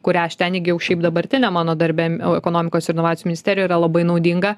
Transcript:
kurią aš ten įgijau šiaip dabartiniam mano darbe ekonomikos ir inovacijų ministerijoj yra labai naudinga